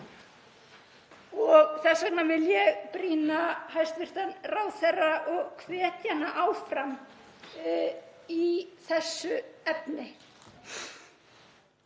og þess vegna vil ég brýna hæstv. ráðherra og hvetja hana áfram í þessu efni.